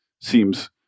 seems